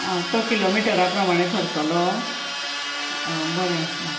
आ तो किलोमिटरा प्रमाणे थरतलो बरें आसा